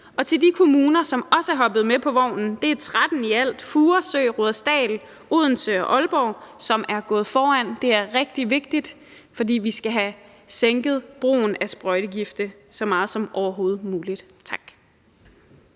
og til de kommuner, som også er hoppet med på vognen – det er 13 i alt, deriblandt Furesø, Rudersdal, Odense og Aalborg, som er gået foran. Det er rigtig vigtigt, fordi vi skal have mindsket brugen af sprøjtegifte så meget som overhovedet muligt. Tak.